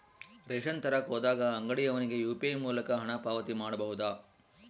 Ration ತರಕ ಹೋದಾಗ ಅಂಗಡಿಯವನಿಗೆ ಯು.ಪಿ.ಐ ಮೂಲಕ ಹಣ ಪಾವತಿ ಮಾಡಬಹುದಾ?